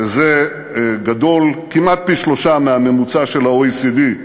וזה גדול כמעט פי-שלושה מהממוצע של ה-OECD,